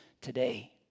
today